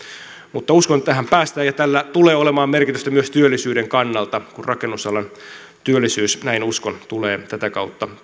mutta uskon että tähän päästään ja tällä tulee olemaan merkitystä myös työllisyyden kannalta kun rakennusalan työllisyys näin uskon tulee tätä kautta